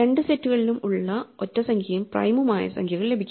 രണ്ട് സെറ്റുകളിലും ഉള്ള ഒറ്റ സംഖ്യയും പ്രൈമും ആയ സംഖ്യകൾ ലഭിക്കും